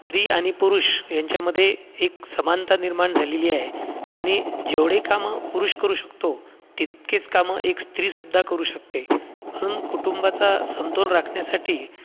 स्त्री आणि पुरुष यांच्यामध्ये एक समानता निर्माण झालेली आहे आणि जेवढे कामं पुरुष करू शकतो तितकेच कामं एक स्त्रीसुद्धा करू शकते म्हणून कुटुंबाचा समतोल राखण्यासाठी